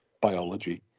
biology